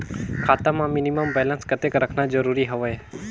खाता मां minimum balance कतेक रखना जरूरी हवय?